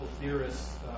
theorists